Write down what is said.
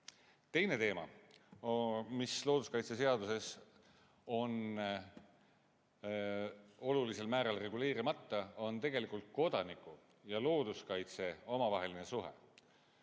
Teine teema, mis looduskaitseseaduses on olulisel määral reguleerimata, on tegelikult kodaniku ja looduskaitse omavaheline suhe.